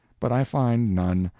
but i find none,